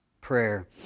prayer